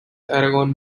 aragon